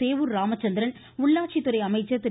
சேவூர் ராமச்சந்திரன் உள்ளாட்சித்துறை அமைச்சர் திரு